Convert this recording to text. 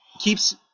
keeps